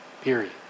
Period